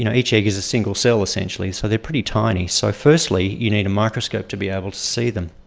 you know each egg is a single cell essentially, so they are pretty tiny, so firstly you need a microscope to be able to see them.